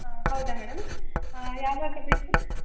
ಹಾಂ ಹೌದಾ ಮೇಡಮ್ ಯಾವಾಗ ಬೇಕು